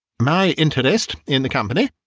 my interest in the company,